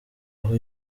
aho